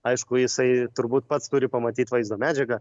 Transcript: aišku jisai turbūt pats turi pamatyt vaizdo medžiagą